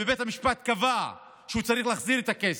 ובית המשפט קבע שהוא צריך להחזיר את הכסף.